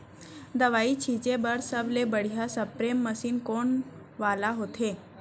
दवई छिंचे बर सबले बढ़िया स्प्रे मशीन कोन वाले होथे?